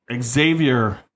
Xavier